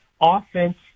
offense